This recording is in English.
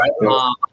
Right